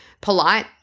polite